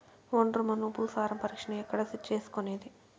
ఒండ్రు మన్ను భూసారం పరీక్షను ఎక్కడ చేసుకునేది?